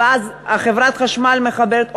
ואז חברת החשמל מחברת,